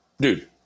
dude